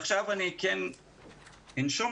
אנשום